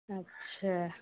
अच्छा